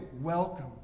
welcome